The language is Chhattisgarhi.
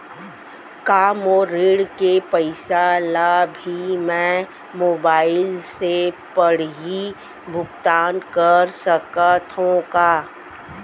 का मोर ऋण के पइसा ल भी मैं मोबाइल से पड़ही भुगतान कर सकत हो का?